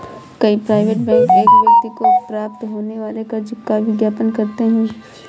कई private bank एक व्यक्ति को प्राप्त होने वाले कर्ज का विज्ञापन करते हैं